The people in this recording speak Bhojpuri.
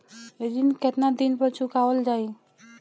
ऋण केतना दिन पर चुकवाल जाइ?